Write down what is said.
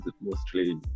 mostly